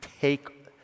take